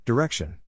Direction